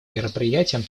мероприятием